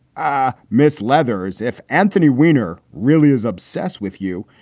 ah miss leather's if anthony weiner really is obsessed with you.